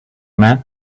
man